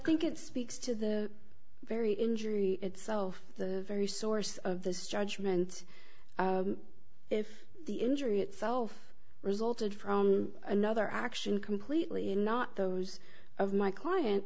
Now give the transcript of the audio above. think it speaks to the very injury itself the very source of this judgment if the injury itself resulted from another action completely not those of my client